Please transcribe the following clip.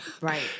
Right